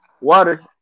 water